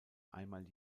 einmal